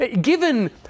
given